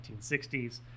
1960s